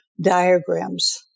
diagrams